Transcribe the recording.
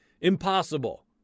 Impossible